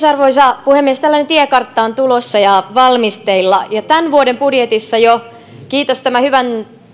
arvoisa puhemies tällainen tiekartta on tulossa ja valmisteilla ja tämän vuoden budjetissa jo kiitos tämä hyvän